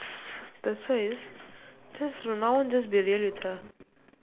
that's why just just for now just be real with her